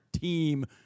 team